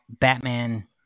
Batman